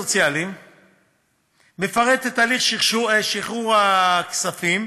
הוא מפרט את הליך שחרור הכספים